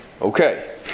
Okay